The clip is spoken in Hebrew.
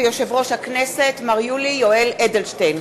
ואת יושב-ראש הכנסת מר יולי יואל אדלשטיין.